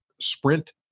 sprint